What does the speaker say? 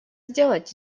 сделать